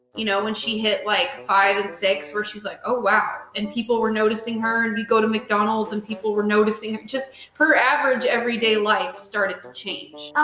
you know when she hit like five and six where she's like oh wow. and people were noticing her, and we'd go to mcdonald's and people were noticing. just her average, every day life started to change.